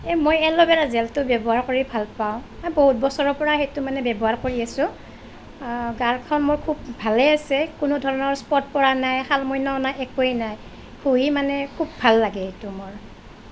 মই aloe vera জেলটো ব্য়ৱহাৰ কৰি ভাল পাওঁ বহুত বছৰৰপৰাই সেইটো মানে ব্য়ৱহাৰ কৰি আছোঁ গালখন মোৰ খুব ভালে আছে কোনো ধৰণৰ স্পট পৰা নাই শালমইনাও নাই একোৱেই নাই ঘঁহি মানে খুব ভাল লাগে এইটো মোৰ